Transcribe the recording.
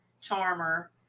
charmer